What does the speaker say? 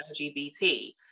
LGBT